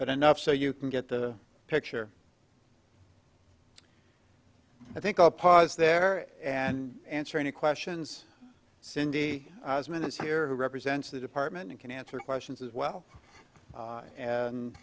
but enough so you can get the picture i think up pause there and answer any questions cindy minutes here who represents the department who can answer questions as well and an